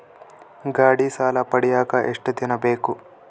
ಗಾಡೇ ಸಾಲ ಪಡಿಯಾಕ ಎಷ್ಟು ದಿನ ಬೇಕು?